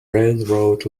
railroad